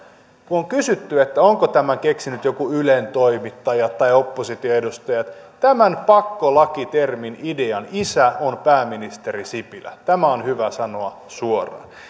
kun on kysytty onko tämän keksinyt joku ylen toimittaja tai oppositioedustaja niin tämän pakkolaki termin idean isä on pääministeri sipilä tämä on hyvä sanoa suoraan